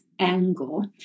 angle